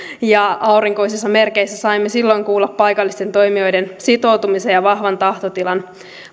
ja aurinkoisissa merkeissä saimme silloin kuulla paikallisten toimijoiden sitoutumisen ja vahvan tahtotilan